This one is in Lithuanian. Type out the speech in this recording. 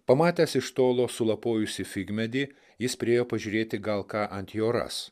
pamatęs iš tolo sulapojusį figmedį jis priėjo pažiūrėti gal ką ant jo ras